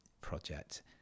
project